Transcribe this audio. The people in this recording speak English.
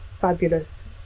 fabulous